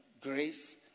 Grace